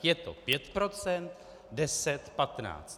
Je to pět procent, deset, patnáct?